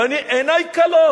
ואני, עיני כלות.